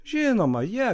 žinoma jie